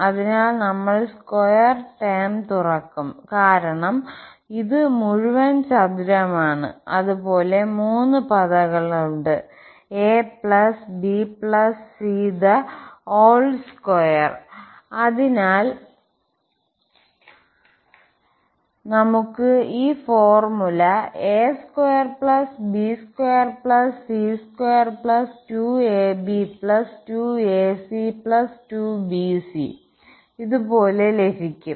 അതിനാൽ നമ്മൾ square term തുറക്കുംകാരണം ഇത് മുഴുവൻ ചതുരമാണ് അത് പോലെ മൂന്ന് പദങ്ങളുണ്ട് abc2 അതിനാൽ നമുക് ഈ ഫോർമുല a2b2c22ab2ac2bc ഇതുപോലെ ലഭിക്കും